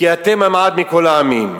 כי אתם המעט מכל העמים,